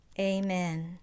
Amen